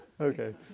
okay